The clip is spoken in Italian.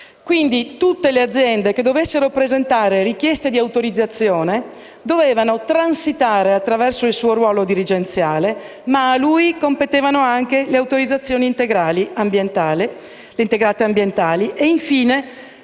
quindi tutte le aziende che intendevano presentare richieste di autorizzazione dovevano transitare attraverso il suo ruolo dirigenziale. Ma a lui competevano anche le autorizzazioni integrate ambientali e infine